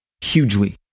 hugely